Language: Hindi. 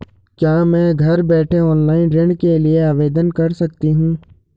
क्या मैं घर बैठे ऑनलाइन ऋण के लिए आवेदन कर सकती हूँ?